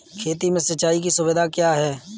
खेती में सिंचाई की सुविधा क्या है?